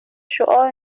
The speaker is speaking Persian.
شعاع